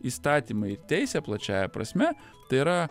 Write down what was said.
įstatymai teisė plačiąja prasme tai yra